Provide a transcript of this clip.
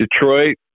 Detroit